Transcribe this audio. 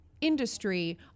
industry